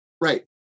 Right